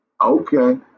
okay